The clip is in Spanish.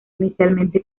inicialmente